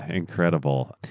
incredible.